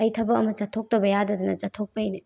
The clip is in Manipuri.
ꯑꯩ ꯊꯕꯛ ꯑꯃ ꯆꯠꯊꯣꯛꯇꯕ ꯌꯥꯗꯗꯅ ꯆꯠꯊꯣꯛꯄꯩꯅꯦ